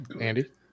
Andy